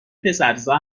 پسرزا